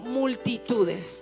multitudes